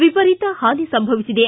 ವಿಪರೀತ ಹಾನಿ ಸಂಭವಿಸಿದೆ